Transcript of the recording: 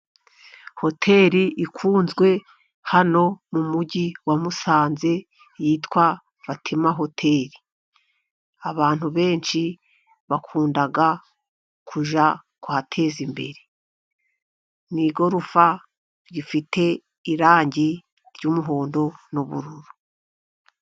Hoteri ikunzwe hano mu mujyi wa Musanze yitwa Vatima Hoteri. Abantu benshi bakunda kujya kuhateza imbere. Ni igorofa rifite irangi ry'umuhondo n'ubururu.